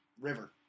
river